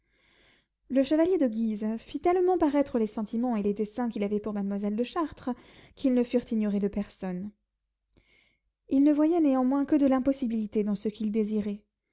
le chevalier de guise fit tellement paraître les sentiments et les desseins qu'il avait pour mademoiselle de chartres qu'ils ne furent ignorés de personne il ne voyait néanmoins que de l'impossibilité dans ce qu'il désirait